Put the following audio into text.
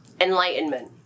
enlightenment